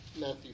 Matthew